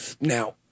Now